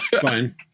fine